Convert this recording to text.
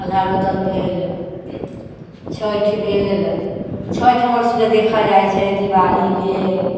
आल्हा रुदल भेल छैठ भेल छैठ हमर सभके देखल जाइ छै दिवाली भेल